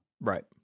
Right